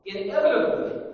Inevitably